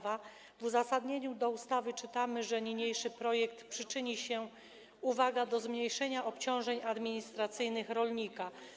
W uzasadnieniu ustawy czytamy, że niniejszy projekt przyczyni się - uwaga - do zmniejszenia obciążeń administracyjnych rolnika.